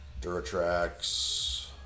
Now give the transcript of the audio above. Duratrax